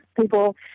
People